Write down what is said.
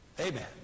Amen